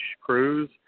cruise